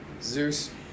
Zeus